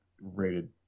rated